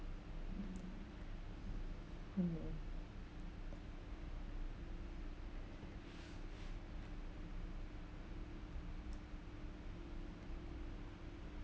mmhmm